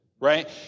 Right